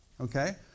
Okay